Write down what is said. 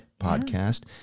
podcast